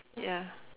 ya